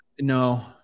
no